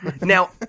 now